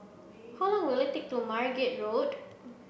how long will it take to Margate Road